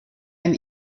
ein